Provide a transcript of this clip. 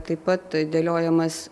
taip pat tai dėliojamas